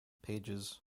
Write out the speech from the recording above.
pages